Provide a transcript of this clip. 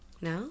No